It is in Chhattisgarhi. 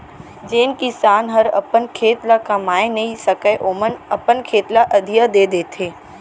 जेन किसान हर अपन खेत ल कमाए नइ सकय ओमन अपन खेत ल अधिया दे देथे